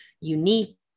unique